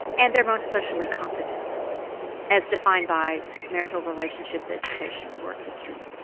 and they're most socially competent as defined by marital relationships, education and work history.